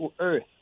earth